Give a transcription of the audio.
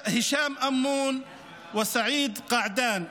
הישאם אמון וסעיד קעדאן.